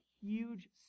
huge